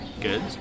Good